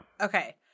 Okay